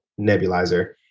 nebulizer